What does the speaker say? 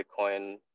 Bitcoin